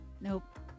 nope